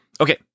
Okay